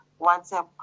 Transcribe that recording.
WhatsApp